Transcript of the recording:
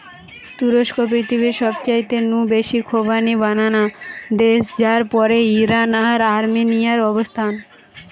তুরস্ক পৃথিবীর সবচাইতে নু বেশি খোবানি বানানা দেশ যার পরেই ইরান আর আর্মেনিয়ার অবস্থান